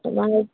তোমাৰ